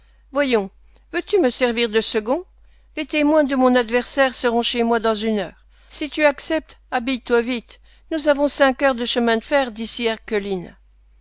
voyons veux-tu me servir de second les témoins de mon adversaire seront chez moi dans une heure si tu acceptes habille-toi vite nous avons cinq heures de chemin de fer d'ici